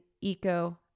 eco